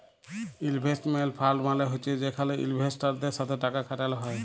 investment fund মালে হছে যেখালে ইলভেস্টারদের সাথে টাকা খাটাল হ্যয়